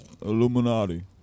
Illuminati